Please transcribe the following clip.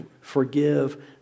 Forgive